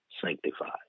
sanctified